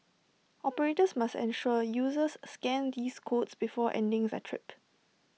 operators must ensure users scan these codes before ending their trip